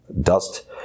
dust